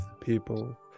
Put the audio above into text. people